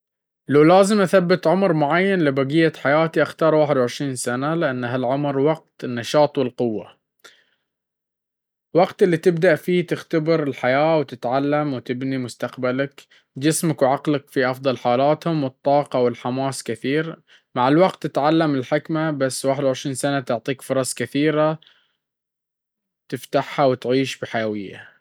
لو لازم أثبت عمر معين لبقية حياتي، أختار ٢١ سنة. لأن هالعمر وقت النشاط والقوة، وقت اللي تبدأ فيه تختبر الحياة، وتتعلم، وتبني مستقبلك. جسمك وعقلك في أفضل حالاتهم، والطاقة والحماس كثيرة. مع الوقت تتعلم الحكمة، بس ٢١ سنة تعطيك فرص كثيرة تفتحها وتعيشها بحيوية.